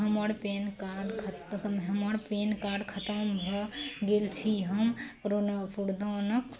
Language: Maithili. हमर पेन कार्ड ख हमर पेन कार्ड खतम भऽ गेल छी हम कुड़ कूड़दानक